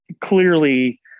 clearly